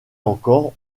encore